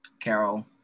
Carol